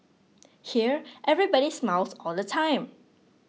here everybody smiles all the time